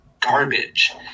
garbage